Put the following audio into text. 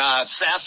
Seth